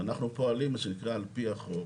אנחנו פועלים על פי החוק